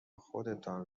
خودتان